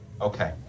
Okay